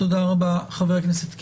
תודה רבה, חבר הכנסת קיש.